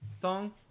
song